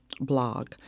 blog